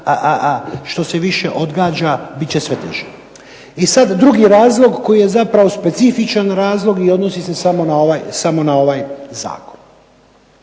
što se više odgađa bit će sve teže. I sad drugi razlog koji je zapravo specifičan razlog i odnosi se samo na ovaj zakon.